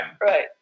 Right